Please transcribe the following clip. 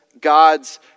God's